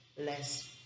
less